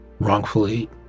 wrongfully